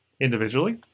Individually